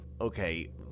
Okay